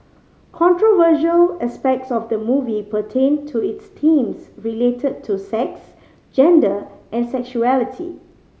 controversial aspects of the movie pertained to its themes related to sex gender and sexuality